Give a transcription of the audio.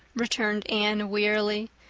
returned anne wearily,